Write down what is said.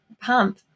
pump